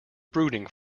brooding